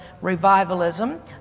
revivalism